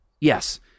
Yes